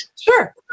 Sure